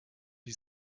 die